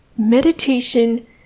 Meditation